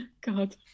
God